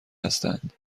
هستند